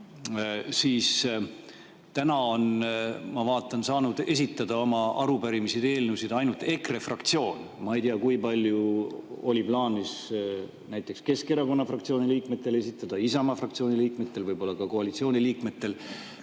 Aga täna on, ma vaatan, saanud esitada oma arupärimisi ja eelnõusid ainult EKRE fraktsioon. Ma ei tea, kui palju oli plaanis näiteks Keskerakonna fraktsiooni liikmetel esitada, Isamaa fraktsiooni liikmetel, võib-olla ka koalitsiooniliikmetel.